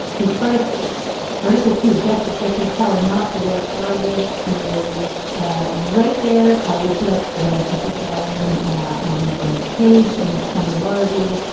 his article article to vest executive power not the royal prerogative is ah right there. i will put up the ssr n on the page in columbia law review.